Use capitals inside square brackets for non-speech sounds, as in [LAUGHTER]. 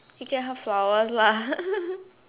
he get her flowers lah [LAUGHS]